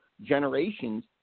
generations